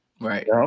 Right